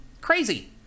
crazy